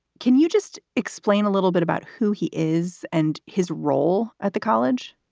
can you just explain a little bit about who he is and his role at the college?